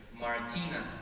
Martina